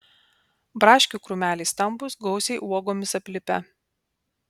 braškių krūmeliai stambūs gausiai uogomis aplipę